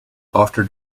after